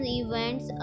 events